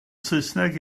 saesneg